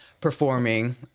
performing